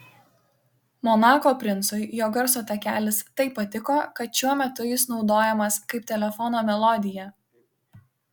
monako princui jo garso takelis taip patiko kad šiuo metu jis naudojamas kaip telefono melodija